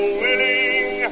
willing